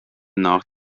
nach